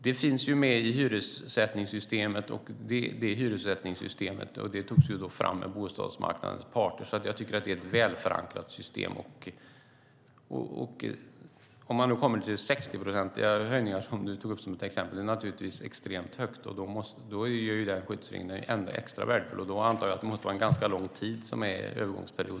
Det finns med i hyressättningssystemet, och det hyressättningssystemet togs fram med bostadsmarknadens parter, så jag tycker att det är ett välförankrat system. 60-procentiga höjningar, som du tog upp som ett exempel, är naturligtvis extremt högt. Då är den här skyddsregeln extra värdefull, och då antar jag att det måste vara en ganska lång övergångsperiod.